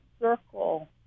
circle